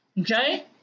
Okay